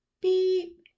beep